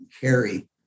carry